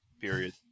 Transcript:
Period